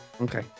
okay